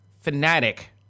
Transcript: fanatic